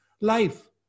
life